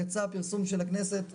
יצא הפרסום של הכנסת,